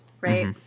right